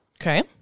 Okay